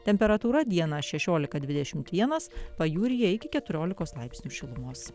temperatūra dieną šešiolika dvidešimt vienas pajūryje iki keturiolikos laipsnių šilumos